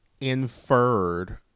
inferred